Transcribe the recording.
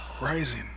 rising